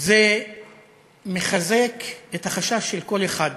זה מחזק את החשש של כל אחד